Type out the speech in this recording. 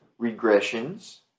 regressions